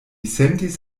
sentis